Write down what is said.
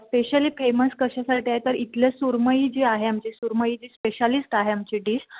specially famous कशासाठी आहे तर इथलं सुरमई जे आहे आमचे जे सुरमईचे स्पेशालिस्ट आहे आमची डिश